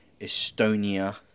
Estonia